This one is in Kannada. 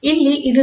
ಇಲ್ಲಿ ಇದು 0